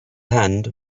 hand